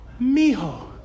mijo